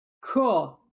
Cool